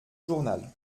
journal